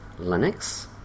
Linux